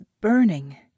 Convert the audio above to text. burning